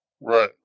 Right